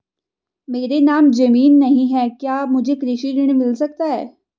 मेरे नाम ज़मीन नहीं है क्या मुझे कृषि ऋण मिल सकता है?